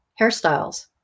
hairstyles